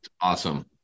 Awesome